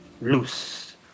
loose